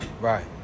Right